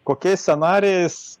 kokiais scenarijais